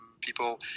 people